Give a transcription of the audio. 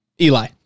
Eli